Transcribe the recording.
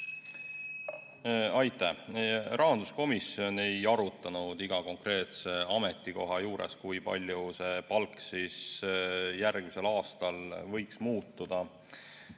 Aitäh! Rahanduskomisjon ei arutanud iga konkreetse ametikoha juures, kui palju palk järgmisel aastal võiks muutuda.